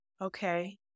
Okay